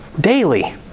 daily